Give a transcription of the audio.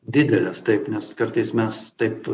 didelės taip nes kartais mes taip